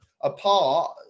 apart